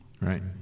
right